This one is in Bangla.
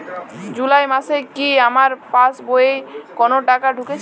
জুলাই মাসে কি আমার পাসবইতে কোনো টাকা ঢুকেছে?